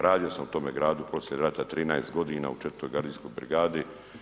Radio sam u tome gradu poslije rata 13 godina u 4. gardijskoj brigati.